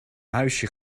huisje